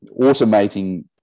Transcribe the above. automating